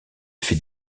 fait